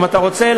אם אתה רוצה,